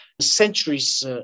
centuries